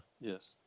Yes